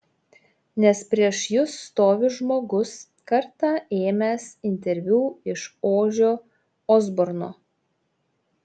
nes prieš jus stovi žmogus kartą ėmęs interviu iš ožio osborno